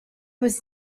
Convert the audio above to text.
was